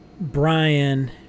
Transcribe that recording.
Brian